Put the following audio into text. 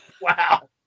Wow